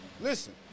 Listen